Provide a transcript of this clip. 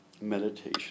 meditation